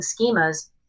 schemas